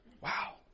Wow